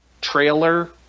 trailer